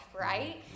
right